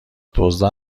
دزدا